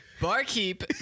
Barkeep